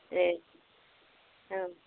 ए औ